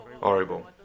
horrible